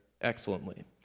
excellently